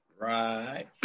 Right